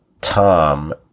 Tom